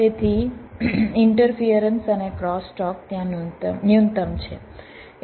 તેથી ઈન્ટરફિયરન્સ અને ક્રોસટોક ત્યાં ન્યૂનતમ છે